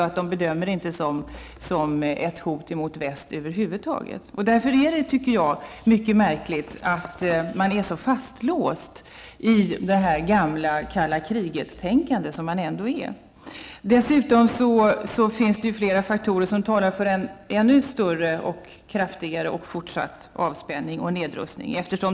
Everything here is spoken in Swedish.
Man bedömer det som att det över huvud taget inte existerar något hot mot väst. Därför är det mycket märkligt att man inom det svenska försvaret är så fastlåst vid det gamla kalla kriget-tänkandet. Det finns dessutom flera faktorer som talar för en fortsatt och ännu större avspänning och nedrustning.